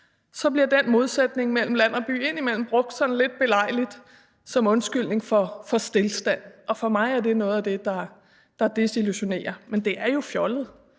bliver den modsætning mellem land og by indimellem sådan brugt lidt belejligt som undskyldning for stilstand, og for mig er det noget af det, der desillusionerer, men det er jo fjollet.